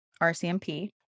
RCMP